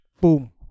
Boom